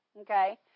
Okay